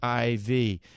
IV